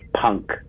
punk